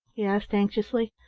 he asked anxiously.